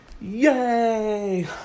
Yay